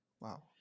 Wow